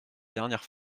dernière